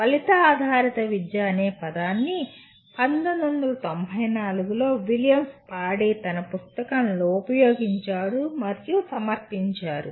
ఫలిత ఆధారిత విద్య అనే పదాన్ని 1994 లో విలియం స్పాడీ తన పుస్తకంలో ఉపయోగించారు మరియు సమర్పించారు